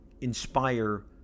inspire